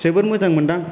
जोबोर मोजां मोनदों